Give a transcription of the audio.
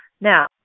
Now